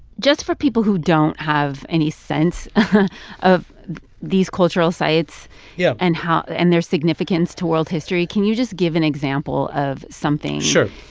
just for people who don't have any sense of these cultural sites yeah and how and their significance to world history, can you just give an example of something. sure.